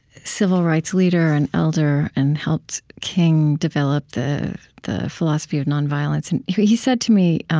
civil rights leader and elder and helped king develop the the philosophy of nonviolence. and he said to me